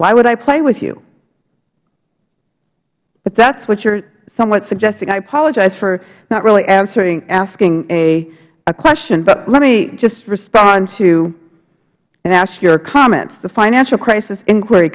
why would i play with you but that is what you are somewhat suggesting i apologize for not really asking a question but let me just respond to and ask your comments the financial crisis inquiry